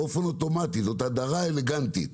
באופן אוטומטי זאת הדרה אלגנטית.